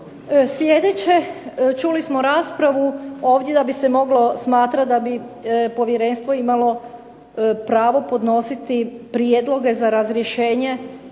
Sljedeće, čuli smo raspravu ovdje da bi se moglo smatrati da bi povjerenstvo imalo pravo podnositi prijedloge za razrješenje